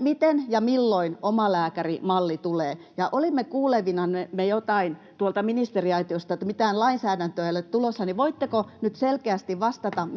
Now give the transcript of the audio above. Miten ja milloin omalääkärimalli tulee? Olimme kuulevinamme tuolta ministeriaitiosta jotain siitä, että mitään lainsäädäntöä ei ole tulossa. Voitteko nyt selkeästi vastata,